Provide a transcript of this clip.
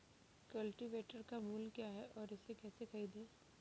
Cultivator का मूल्य क्या है और इसे कैसे खरीदें?